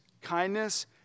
kindness